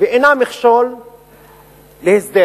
ואינה מכשול להסדר,